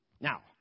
Now